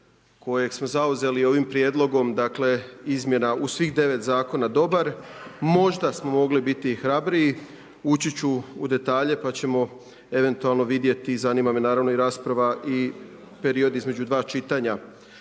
kojeg smo zauzeli ovim prijedlogom izmjena u svih 9 zakona dobar, možda smo mogli biti hrabriji, ući ću u detalje pa ćemo eventualno vidjeti, zanima me naravno i rasprava i period između 2 čitanja.